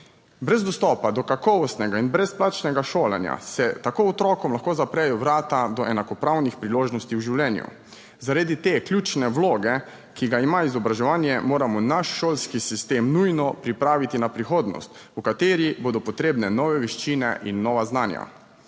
Brez dostopa do kakovostnega in brezplačnega šolanja se tako otrokom lahko zaprejo vrata do enakopravnih priložnosti v življenju. Zaradi te ključne vloge, ki ga ima izobraževanje, moramo naš šolski sistem nujno pripraviti na prihodnost, v kateri bodo potrebne nove veščine in nova znanja.